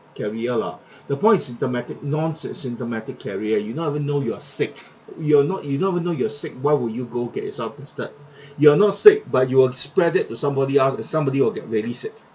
carrier lah the point is symptomatic non-sym~ symptomatic carrier you not even know you are sick you're not you not even know you're sick why would you go get yourself tested you are not sick but you will spread it to somebody else and somebody will get very sick